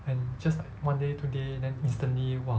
and just one day two day then instantly !wah!